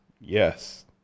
Yes